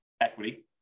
equity